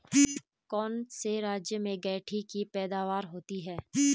कौन से राज्य में गेंठी की पैदावार होती है?